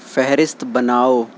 فہرست بناؤ